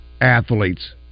athletes